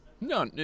No